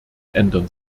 ändern